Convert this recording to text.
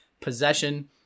possession